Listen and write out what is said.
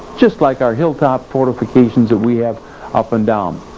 just like our hilltop fortifications that we have up and down.